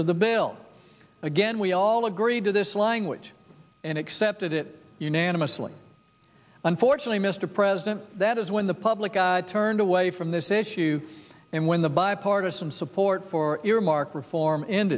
of the bill again we all agreed to this language and accepted it unanimously unfortunately mr president that is when the public turned away from this issue and when the bipartisan support for earmark reform end